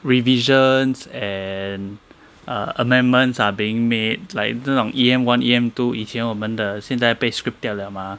revisions and amendments are being made like 这种 E_M one E_M two 以前我们的现在被 scrap 掉了 mah